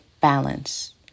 balance